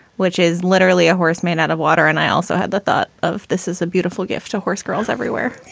which is literally a horse made out of water. and i also had the thought of this is a beautiful gift to horse girls everywhere.